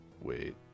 Wait